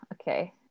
okay